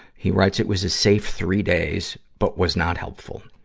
he writes, it was a safe three days, but was not helpful.